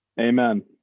Amen